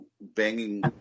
banging